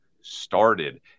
started